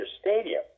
Stadium